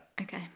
Okay